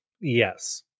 Yes